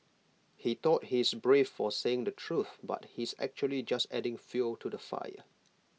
he thought he's brave for saying the truth but he's actually just adding fuel to the fire